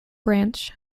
branch